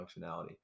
functionality